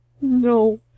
no